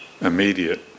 immediate